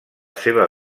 seva